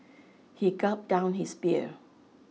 he gulped down his beer